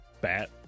bat